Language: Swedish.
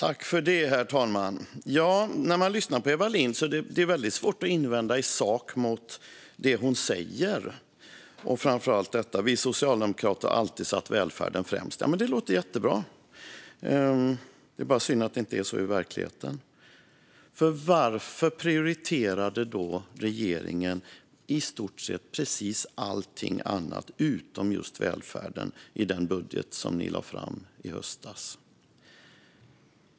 Herr talman! När man lyssnar på Eva Lindh är det väldigt svårt att invända i sak mot det hon säger, framför allt när hon säger: Vi socialdemokrater har alltid satt välfärden främst. Det låter ju jättebra. Det är bara synd att det inte är så i verkligheten. Varför prioriterade då regeringen i stort sett precis allting annat utom just välfärden i den budget som ni lade fram i höstas?